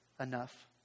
enough